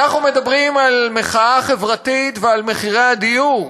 אנחנו מדברים על מחאה חברתית ועל מחירי הדיור,